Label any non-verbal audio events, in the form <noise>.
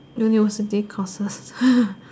university courses <laughs>